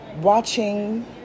watching